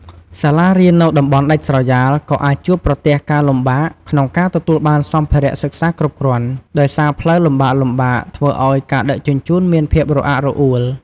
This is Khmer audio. សាលារៀននៅតំបន់ដាច់ស្រយាលក៏អាចជួបប្រទះការលំបាកក្នុងការទទួលបានសម្ភារៈសិក្សាគ្រប់គ្រាន់ ដោយសារផ្លូវលំបាកៗធ្វើឱ្យការដឹកជញ្ជូនមានភាពរអាក់រអួល។